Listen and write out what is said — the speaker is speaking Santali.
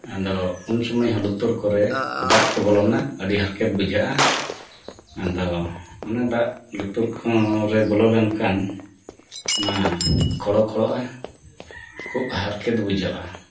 ᱟᱫᱚ ᱩᱱ ᱥᱚᱢᱚᱭ ᱦᱚᱸ ᱞᱩᱛᱩᱨ ᱠᱚᱨᱮ ᱫᱟᱜ ᱠᱚ ᱵᱚᱞᱚᱱᱟ ᱟᱹᱰᱤ ᱦᱟᱨᱠᱮᱛ ᱵᱩᱡᱷᱟᱹᱜᱼᱟ ᱟᱫᱚ ᱚᱱᱟ ᱫᱟᱜ ᱞᱩᱛᱩᱨ ᱠᱚᱨᱮ ᱵᱚᱞᱚ ᱞᱮᱱᱠᱷᱟᱱ ᱱᱚᱣᱟ ᱠᱷᱚᱲᱚ ᱠᱷᱚᱲᱚᱜᱼᱟ ᱠᱷᱩᱵᱽ ᱦᱟᱨᱠᱮᱛ ᱵᱩᱡᱷᱟᱹᱜᱼᱟ